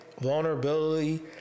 vulnerability